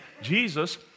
Jesus